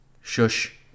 shush